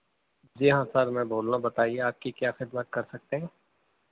جی ہاں سر میں بول رہا ہوں بتائے آپ کی کیا خدمت کر سکتے ہیں